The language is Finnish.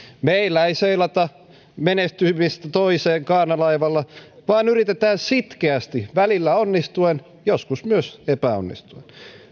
meillä ei seilata menestyksestä toiseen kaarnalaivalla vaan yritetään sitkeästi välillä onnistuen joskus myös epäonnistuen